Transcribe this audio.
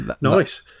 nice